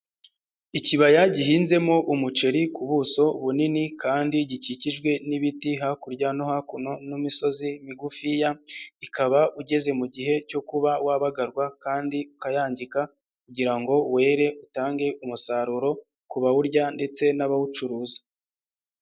Ikibaya gihinzemo umuceri ku buso bunini kandi gikikijwe n'ibiti hakurya no hakuno n'imisozi migufiya, ikaba ugeze mu gihe cyo kuba wabagarwa kandi ukayangika kugira ngo were utange umusaruro ku bawurya ndetse n'abawucuruza.